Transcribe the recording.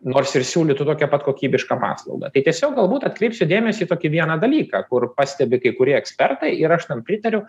nors ir siūlytų tokią pat kokybišką paslaugą tai tiesiog galbūt atkreipsiu dėmesį į tokį vieną dalyką kur pastebi kai kurie ekspertai ir aš tam pritariu